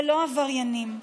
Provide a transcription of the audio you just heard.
ולא עבריינים.